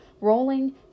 rolling